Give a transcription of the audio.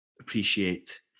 appreciate